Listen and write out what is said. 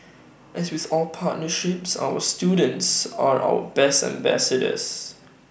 as with all partnerships our students are our best ambassadors